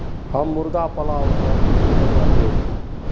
हम मुर्गा पालव तो उ के दाना देव?